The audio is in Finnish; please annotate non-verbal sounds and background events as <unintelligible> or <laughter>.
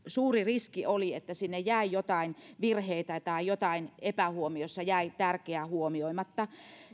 <unintelligible> suuri riski että sinne jäi joitain virheitä tai jotain tärkeää jäi epähuomiossa huomioimatta